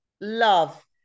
Love